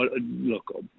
look